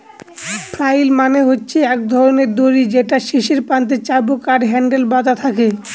flail মানে হচ্ছে এক ধরনের দড়ি যেটার শেষ প্রান্তে চাবুক আর হ্যান্ডেল বাধা থাকে